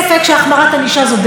יחד עם זאת,